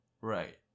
Right